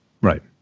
right